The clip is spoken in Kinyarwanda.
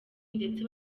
ndetse